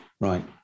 right